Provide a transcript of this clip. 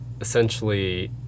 essentially